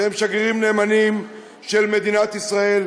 והם שגרירים נאמנים של מדינת ישראל,